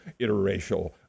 interracial